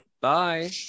Bye